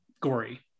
gory